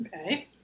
okay